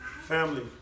family